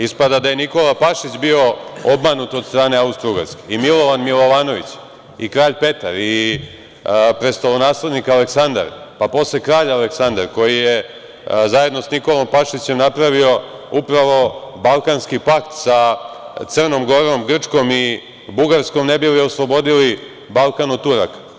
Ispada da je Nikola Pašić bio obmanut od strane Austrougarske i Milovan Milovanović i kralj Petar i prestolonaslednik Aleksandar, pa posle kralj Aleksandra koji je zajedno sa Nikolom Pašićem napravio upravo balkanski pakt sa Crnom Gorom, Grčkom i Bugarskom, ne bili oslobodili Balkan od Turaka.